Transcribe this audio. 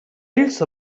ells